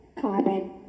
carbon